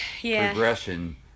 progression